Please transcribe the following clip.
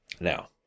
now